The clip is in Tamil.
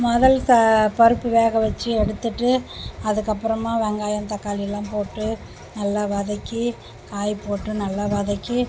முதல் பருப்பு வேக வச்சு எடுத்துகிட்டு அதுக்கப்புறமாக வெங்காயம் தக்காளியெலாம் போட்டு நல்லா வதக்கி காய் போட்டு நல்லா வதக்கி